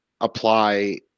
apply